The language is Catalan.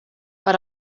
per